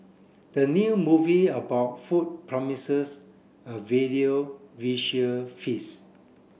the new movie about food promises a value visual feast